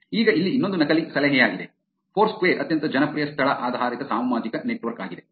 ಈಗ ಇಲ್ಲಿ ಇನ್ನೊಂದು ನಕಲಿ ಸಲಹೆಯಾಗಿದೆ ಫೋರ್ಸ್ಕ್ವೇರ್ ಅತ್ಯಂತ ಜನಪ್ರಿಯ ಸ್ಥಳ ಆಧಾರಿತ ಸಾಮಾಜಿಕ ನೆಟ್ವರ್ಕ್ ಆಗಿದೆ